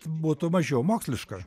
būtų mažiau moksliška